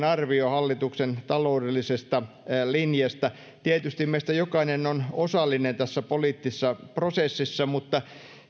arvio hallituksen taloudellisesta linjasta tietysti meistä jokainen on osallinen tässä poliittisessa prosessissa mutta